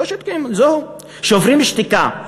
לא שותקים, זהו, שוברים שתיקה.